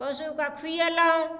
पशुके खुयेलहुॅं